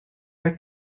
are